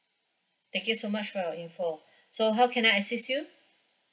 thank you so much for your info so how can I assist you